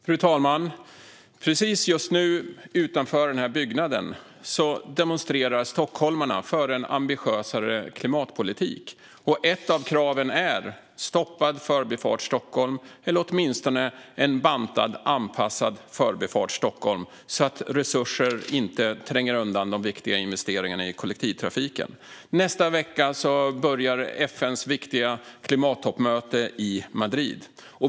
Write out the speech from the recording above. Fru talman! Precis just nu demonstrerar utanför den här byggnaden stockholmarna för en ambitiösare klimatpolitik. Ett av kraven är stoppad Förbifart Stockholm, eller åtminstone en bantad och anpassad Förbifart Stockholm, så att resurser inte tränger undan de viktiga investeringarna i kollektivtrafiken. Nästa vecka börjar FN:s viktiga klimattoppmöte i Madrid.